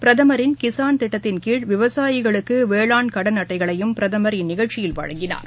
பிரதமரின் கிசான் திட்டத்தின்கீழ் விவசாயிகளுக்கு வேளான் கடன் அட்டைகளையும் பிரதமர் இந்நிகழ்ச்சியில் வழங்கினார்